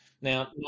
Now